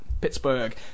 Pittsburgh